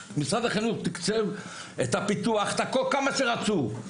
משרד החינוך תיקצב את הפיתוח את כל מה שרצו,